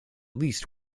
least